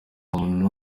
muntu